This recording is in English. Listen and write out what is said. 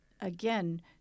again